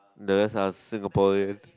the rest are Singaporean